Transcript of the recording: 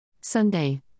Sunday